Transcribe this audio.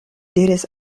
diris